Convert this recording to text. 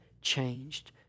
changed